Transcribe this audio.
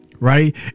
Right